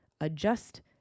adjust